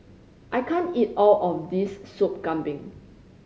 I can't eat all of this Sop Kambing